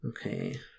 Okay